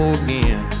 again